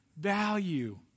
value